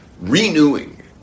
renewing